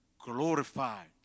glorified